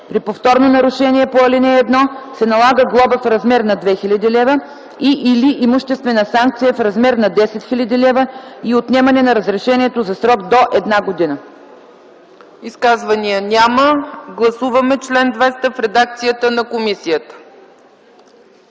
При повторно нарушение по ал. 1 се налага глоба в размер на 2 000 лв. и/или имуществена санкция в размер на 10 000 лв. и отнемане на разрешението за срок до една година.” ПРЕДСЕДАТЕЛ ЦЕЦКА ЦАЧЕВА: Изказвания няма. Гласуваме чл. 200 в редакцията на комисията.